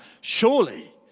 Surely